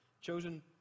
Chosen